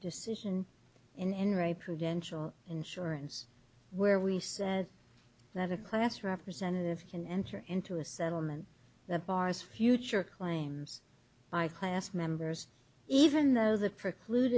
decision in an array prudential insurance where we said that a class representative can enter into a settlement that bars future claims by class members even though the preclude